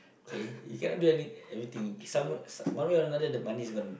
okay you cannot do any anything some one way or another the money is gone